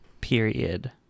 Period